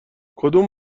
کدوم